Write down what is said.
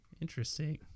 Interesting